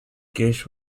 gish